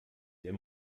der